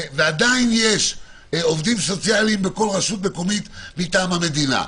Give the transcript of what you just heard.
ועדיין יש עובדים סוציאליים בכל רשות מקומית מטעם המדינה,